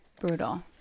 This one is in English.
Brutal